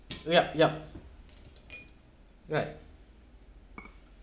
yup yup right